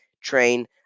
train